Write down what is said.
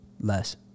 less